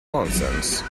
nonsense